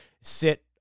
sit